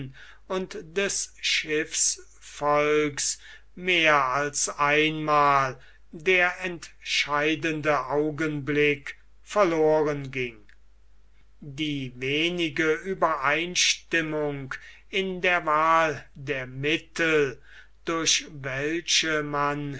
und des schiffsvolks mehr als einmal der entscheidende augenblick verloren ging die wenige uebereinstimmung in der wahl der mittel durch welche man